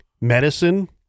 medicine